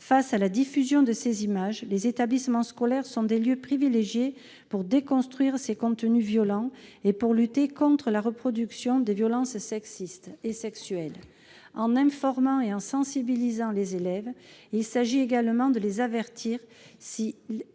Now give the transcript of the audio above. Face à la diffusion de ces images, les établissements scolaires sont des lieux privilégiés pour déconstruire ces contenus violents et lutter contre la reproduction des violences sexistes et sexuelles. En informant et en sensibilisant les élèves, on peut aussi les avertir.